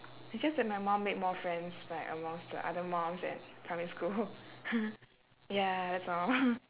it's just that my mum made more friends like amongst the other mums at primary school ya that's all